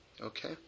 Okay